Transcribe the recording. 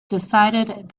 decided